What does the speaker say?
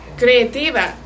creativa